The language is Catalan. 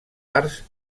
arts